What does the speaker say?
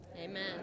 amen